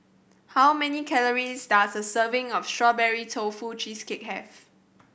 how many calories does a serving of Strawberry Tofu Cheesecake have